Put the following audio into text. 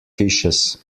fishes